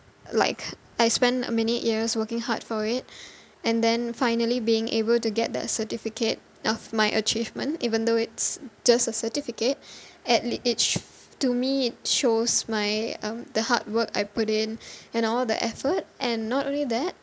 like I spent many years working hard for it and then finally being able to get that certificate of my achievement even though it's just a certificate at least to me it shows my um the hard work I put in and all the effort and not only that